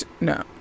no